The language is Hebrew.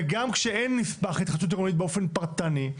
וגם כשאין נספח התחדשות עירונית באופן פרטני,